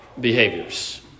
behaviors